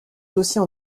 dossier